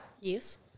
Yes